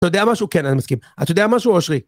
אתה יודע משהו, כן אני מסכים, אתה יודע משהו, אושרי,